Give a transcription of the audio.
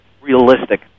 realistic